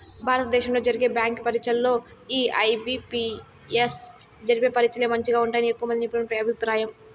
భారత దేశంలో జరిగే బ్యాంకి పరీచ్చల్లో ఈ ఐ.బి.పి.ఎస్ జరిపే పరీచ్చలే మంచిగా ఉంటాయని ఎక్కువమంది నిపునుల అభిప్రాయం